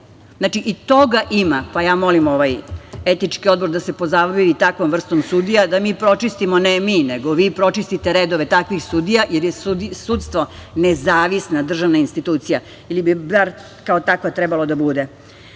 Znači i toga ima. Molim ovaj etički odbor da se pozabavi takvom vrstom sudija, da mi pročistimo, ne mi, nego vi pročistite redove takvih sudija, jer je sudstvo nezavisna državna institucija ili bi bar kao takva trebala da bude. Sada